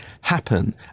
happen